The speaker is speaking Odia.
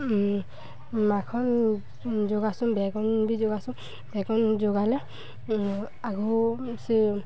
ମାଖନ୍ ଯୋଗାସୁଁ ବେକନ୍ ବି ଯୋଗାସୁଁ ବେକନ୍ ଯୋଗାଲେ ଆଗରୁ ସେ